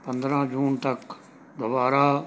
ਪੰਦਰਾਂ ਜੂਨ ਤੱਕ ਦੁਬਾਰਾ